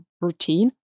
routine